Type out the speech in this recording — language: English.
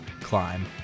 climb